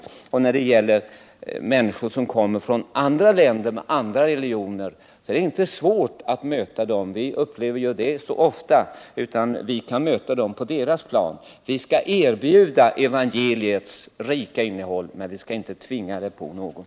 Det är inte svårt att möta människor som kommer från andra länder med andra religioner — vi upplever ju det så ofta — utan vi kan möta dem på deras plan. Vi skall erbjuda evangeliets rika innehåll, men vi skall inte tvinga det på någon.